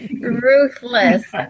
Ruthless